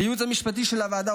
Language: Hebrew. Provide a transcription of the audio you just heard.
לייעוץ המשפטי של הוועדה,